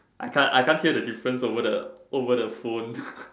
I can't I can't hear the difference over the over the phone